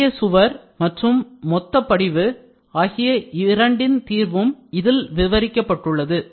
மெல்லிய சுவர் thin wall மற்றும் மொத்த படிவு bulk deposition ஆகிய இரண்டின் தீர்வும் இதில் விவரிக்கப்பட்டுள்ளது